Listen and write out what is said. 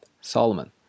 Solomon